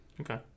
Okay